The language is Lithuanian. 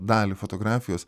dalį fotografijos